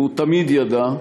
והוא תמיד ידע,